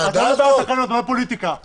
יוצאים לעבודה, ילדים שנשארים בבית.